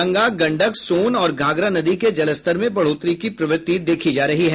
गंगा गंडक सोन और घाघरा नदी के जलस्तर में बढोतरी की प्रवति देखी जा रही है